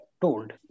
told